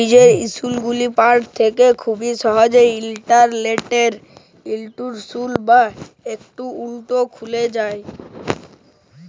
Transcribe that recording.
লীজের insurance depository থ্যাকে খুব সহজেই ইলটারলেটে ইলসুরেলস বা একাউল্ট খুলা যায়